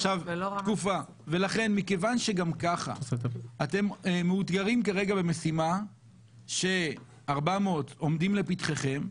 לכן מכיוון שגם ככה אתם מאותגרים כרגע במשימה ש-400 עומדים לפתחיכם,